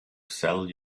sell